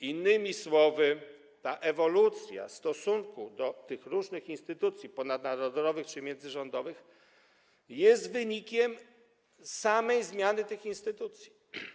Innymi słowy ta ewolucja stosunku do tych różnych instytucji ponadnarodowych czy międzyrządowych jest wynikiem samej zmiany tych instytucji.